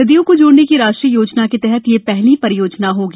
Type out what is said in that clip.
नदियों को जोड़ने की राष्ट्रीय योजना के तहत यह पहली परियोजना होगी